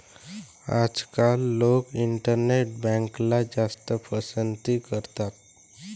आजकाल लोक इंटरनेट बँकला जास्त पसंती देतात